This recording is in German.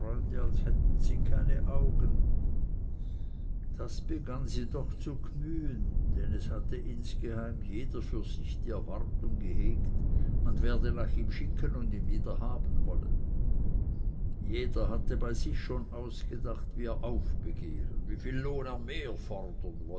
als hätten sie keine augen das begann sie doch zu gmühen denn es hatte insgeheim jeder für sich die erwartung gehegt man werde nach ihm schicken und ihn wieder haben wollen jeder hatte bei sich schon ausgedacht wie er aufbegehren wieviel lohn er mehr fordern